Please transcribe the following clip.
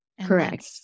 Correct